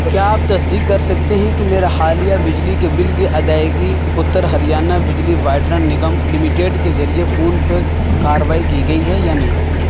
کیا آپ تصدیق کر سکتے ہیں کہ میرا حالیہ بجلی کے بل کی ادائیگی اتر ہریانہ بجلی وائٹرن نگم لمیٹڈ کے ذریعے فونپے کارروائی کی گئی ہے یا نہیں